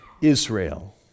Israel